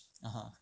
(uh huh)